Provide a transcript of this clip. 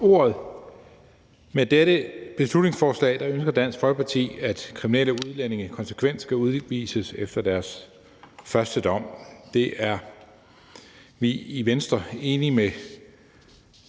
Med dette beslutningsforslag ønsker Dansk Folkeparti, at kriminelle udlændinge konsekvent skal udvises efter deres første dom. Det er vi i Venstre ikke enige med